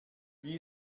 wie